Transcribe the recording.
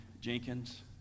Jenkins